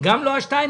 גם לא 2.4%,